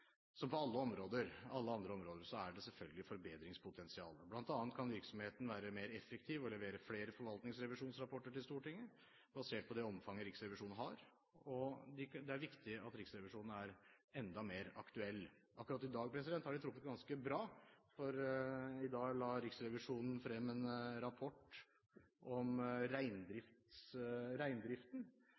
Som på alle andre områder er det selvfølgelig forbedringspotensial, bl.a. kan virksomheten være mer effektiv og levere flere forvaltningsrevisjonsrapporter til Stortinget basert på det omfanget Riksrevisjonen har. Det er viktig at Riksrevisjonen er enda mer aktuell. Akkurat i dag har de truffet ganske bra, for i dag la Riksrevisjonen frem en rapport om reindriften,